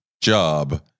job